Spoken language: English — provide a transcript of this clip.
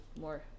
more